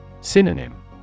Synonym